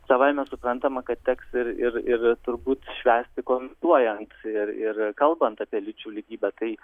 savaime suprantama kad teks ir ir ir turbūt švęsti komentuojant ir ir kalbant apie lyčių lygybę tai